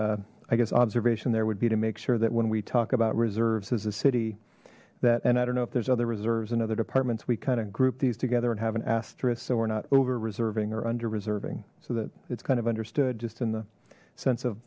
only i guess observation there would be to make sure that when we talk about reserves as a city that and i don't know if there's other reserves and other departments we kind of group these together and have an asterisk so we're not over serving or under reserving so that it's kind of understood just in the sense of